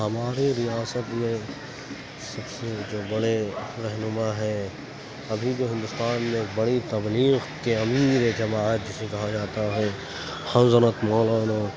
ہمارے ریاست میں سب سے جو بڑے رہنما ہیں ابھی جو ہندوستان میں بڑی تبلیغ کے امیر جماعت جسے کہا جاتا ہے حضرت مولانا